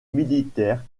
militaire